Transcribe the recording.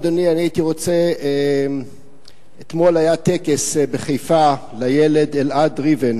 אדוני: אתמול היה טקס בחיפה לילד אלעד ריבן,